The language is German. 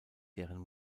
deren